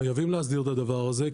חייבים להסדיר את הדבר הזה.